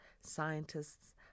scientists